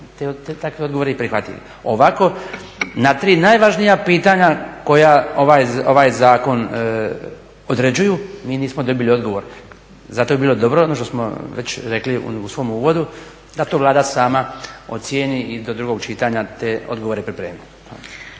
odgovor i prihvatili. Ovako na tri najvažnija pitanja koja ovaj zakon određuju mi nismo dobili odgovor. Zato bi bilo dobro ono što smo već rekli u svom uvodu da to Vlada sama ocijeni i do drugog čitanja te odgovore pripremi.